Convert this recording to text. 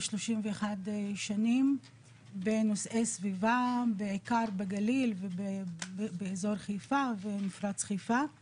31 שנים בנושאי סביבה בעיקר בגליל ובאזור חיפה ומפרץ חיפה,